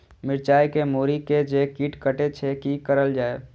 मिरचाय के मुरी के जे कीट कटे छे की करल जाय?